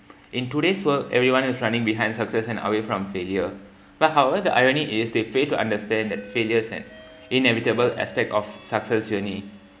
in today's world everyone is running behind success and away from failure but however the irony is they fail to understand that failure is an inevitable aspect of success journey